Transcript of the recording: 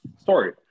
story